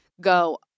Go